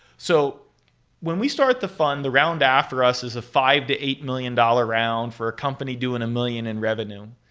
so when we started the fund, the round after us is a five to eight million dollars round for a company doing a million in revenue.